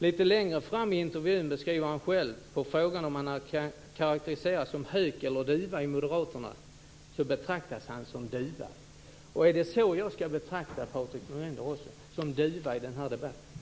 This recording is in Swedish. Lite längre fram i intervjun beskriver han sig själv, på frågan om han kan karakteriseras som hök eller duva i moderaterna, som att han kan betraktas som duva. Är det så jag ska betrakta Patrik Norinder, som duva, i den här debatten?